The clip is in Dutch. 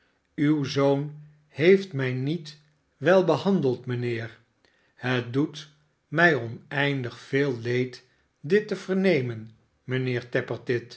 uw zoon heeft mij niet wel behandeld mijnheer het doet mij oneindig leed dit te vernemen mijnheer